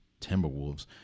Timberwolves